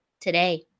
today